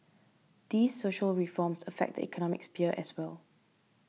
these social reforms affect the economic sphere as well